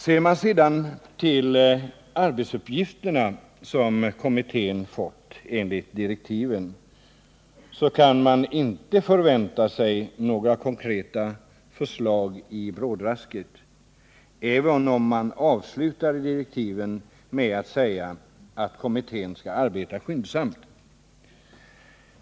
Med hänsyn till de arbetsuppgifter som kommittén fått enligt direktiven kan man inte förvänta några konkreta förslag i brådrasket — även om direktiven avslutas med att kommittén skall arbeta skyndsamt.